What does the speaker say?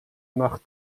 nach